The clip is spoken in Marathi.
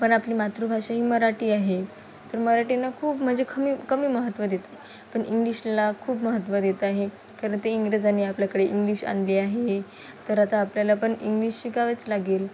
पण आपली मातृभाषा ही मराठी आहे तर मराठीनं खूप म्हणजे खमी कमी महत्त्व देते पण इंग्लिशला खूप महत्त्व देत आहे कारण ते इंग्रजानी आपल्याकडे इंग्लिश आणली आहे तर आता आपल्याला पण इंग्लिश शिकावेच लागेल